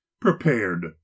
prepared